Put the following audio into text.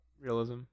realism